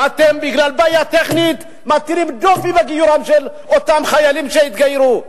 ואתם בגלל בעיה טכנית מטילים דופי בגיורם של אותם חיילים שהתגיירו.